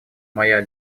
моя